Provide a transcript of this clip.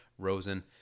rosen